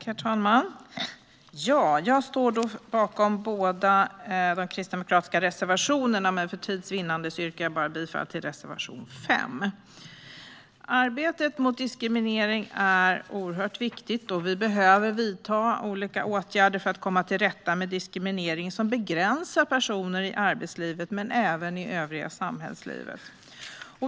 Herr talman! Jag står bakom båda de kristdemokratiska reservationerna, men för tids vinnande yrkar jag bifall bara till reservation 6. Arbetet mot diskriminering är oerhört viktigt. Vi behöver vidta olika åtgärder för att komma till rätta med diskriminering som begränsar personer i arbetslivet men även i övriga samhällslivet.